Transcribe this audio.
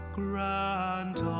grant